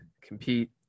compete